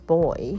Boy